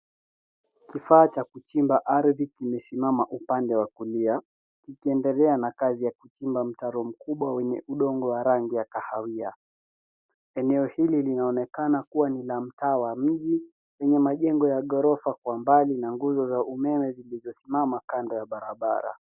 Kifaa cha kuchimba ardhi kimesimama upande wa kulia ikiedelea na kazi ya kuchimba mtaro mkubwa wenye udongo wa rangi ya kahawia. Eneo hili linaonekana kuwa ni la mtaa mji yenye majengo ya ghorofa kwa mbali na nguzo za umeme zilizosimama kando ya barabara.